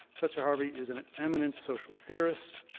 professor harvey is an eminent social theorist,